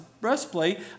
breastplate